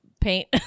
paint